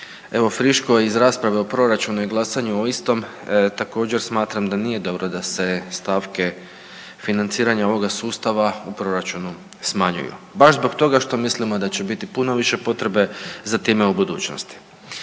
evo friško iz rasprave o proračunu i glasanje o istom također smatram da nije dobro da se stavke financiranja ovoga sustava u proračunu smanjuju baš zbog toga što mislimo da će biti puno više potrebe za time u budućnosti.